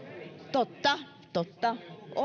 totta totta